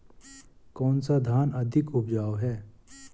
कौन सा धान अधिक उपजाऊ है?